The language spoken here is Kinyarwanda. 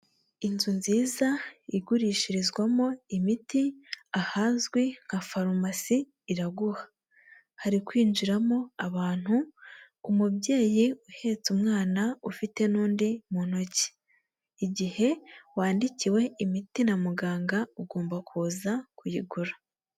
Inzu nziza igurishirizwamo imiti ahazwi nka farumasi Iraguha, hari kwinjiramo abantu umubyeyi uhetse umwana ufite n'undi mu ntoki; igihe wandikiwe imiti na muganga ugomba kuza kuyigura.